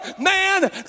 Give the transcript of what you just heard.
man